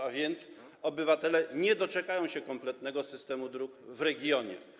A więc obywatele nie doczekają się kompletnego systemu dróg w regionie.